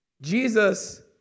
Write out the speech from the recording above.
Jesus